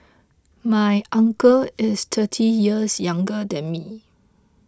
my uncle is thirty years younger than me